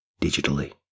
digitally